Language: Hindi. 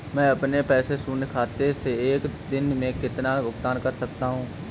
मैं अपने शून्य खाते से एक दिन में कितना भुगतान कर सकता हूँ?